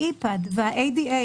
ה-אי-פאד וה-ADA,